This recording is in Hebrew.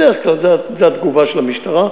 בדרך כלל זאת התגובה של המשטרה.